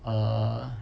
err